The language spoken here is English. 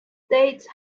state